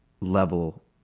level